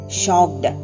shocked